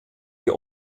die